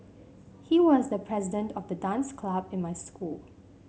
he was the president of the dance club in my school